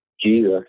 Jesus